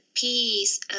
peace